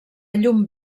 llum